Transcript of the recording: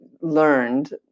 learned